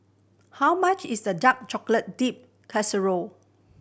how much is the dark chocolate dipped